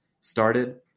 started